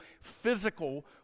physical